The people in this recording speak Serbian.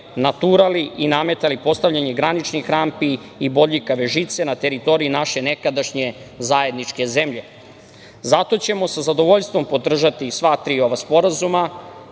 naturali i nametali postavljanje graničnih rampi i bodljikave žice, na teritoriji naše nekadašnje zajedničke zemlje. Zato ćemo sa zadovoljstvom podržati sva tri ova sporazuma